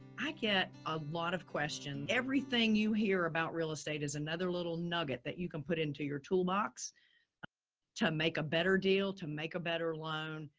i get a lot of questions. everything you hear about real estate is another little nugget that you can put into your toolbox to make a better deal, to make a better loan,